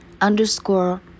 underscore